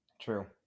True